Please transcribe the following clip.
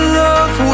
love